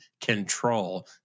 control